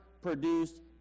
produced